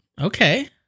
Okay